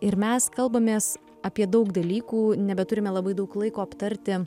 ir mes kalbamės apie daug dalykų nebeturime labai daug laiko aptarti